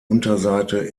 unterseite